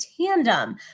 tandem